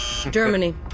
Germany